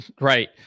right